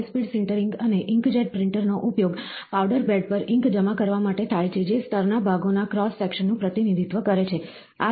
high speed sintering અને inkjet પ્રિન્ટરનો ઉપયોગ પાવડર બેડ પર ઇંક જમા કરવા માટે થાય છે જે સ્તરના ભાગોના ક્રોસ સેક્શનનું પ્રતિનિધિત્વ કરે છે